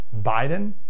Biden